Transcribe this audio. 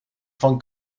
van